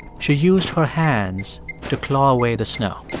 she used her hands to claw away the snow.